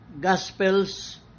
Gospels